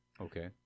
Okay